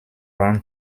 run